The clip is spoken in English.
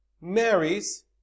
marries